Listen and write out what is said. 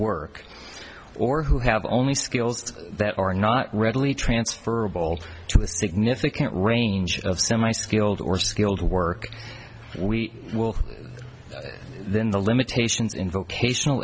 work or who have only skills that are not readily transferable to a significant range of semi skilled or skilled work we will then the limitations in vocational